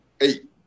eight